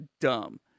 dumb